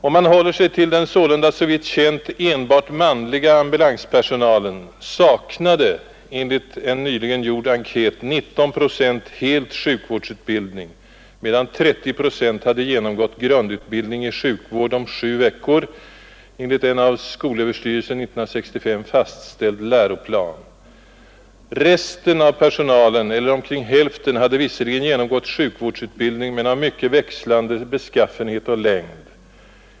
Om man håller sig till den sålunda såvitt känt enbart manliga ambulanspersonalen, saknade enligt en nyligen gjord enkät 19 procent helt sjukvårdsutbildning, medan 30 procent hade genomgått grundutbildning i sjukvård om sju veckor enligt den av skolöverstyrelsen 1965 fastställda läroplanen. Resten av personalen eller omkring hälften hade visserligen genomgått sjukvårdsutbildning men av mycket växlande beskaffenhet och längd.